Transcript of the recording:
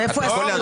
אז איפה הסבירות?